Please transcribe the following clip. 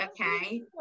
Okay